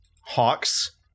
Hawks